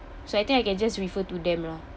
so I think I can just refer to them lah